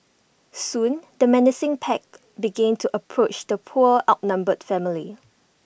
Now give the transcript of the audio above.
soon the menacing pack began to approach the poor outnumbered family